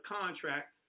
contract